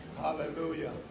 Hallelujah